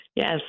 Yes